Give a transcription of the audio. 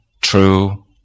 true